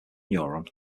neuron